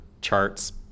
charts